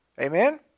Amen